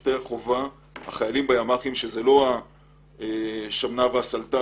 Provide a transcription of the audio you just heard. שחיילי החובה שמשרתים בימ"חים שזה לא השמנה והסלתה